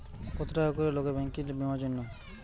কত টাকা করে লাগে ব্যাঙ্কিং বিমার জন্য?